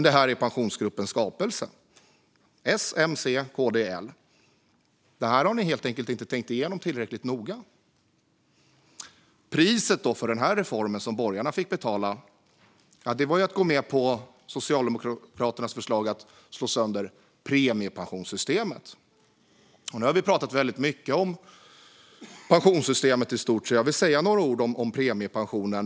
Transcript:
Det här är Pensionsgruppens skapelse - S, M, C, KD och L. Det här har ni helt enkelt inte tänkt igenom tillräckligt noga. Priset som borgarna fick betala för den här reformen var att gå med på Socialdemokraternas förslag att slå sönder premiepensionssystemet. Nu har vi pratat väldigt mycket om pensionssystemet i stort, och därför vill jag säga några ord om premiepensionen.